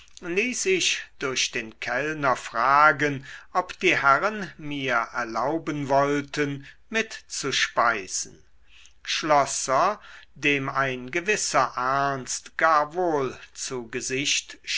ließ ich durch den kellner fragen ob die herren mir erlauben wollten mitzuspeisen schlosser dem ein gewisser ernst gar wohl zu gesicht